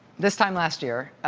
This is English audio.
this time last year,